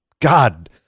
God